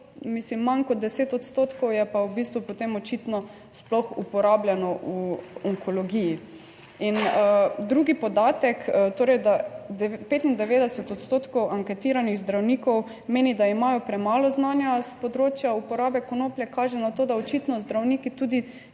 manj kot 10 odstotkov, je pa v bistvu potem očitno sploh uporabljeno v onkologiji. In drugi podatek, torej, da 95 odstotkov anketiranih zdravnikov meni, da imajo premalo znanja s področja uporabe konoplje, kaže na to, da očitno zdravniki tudi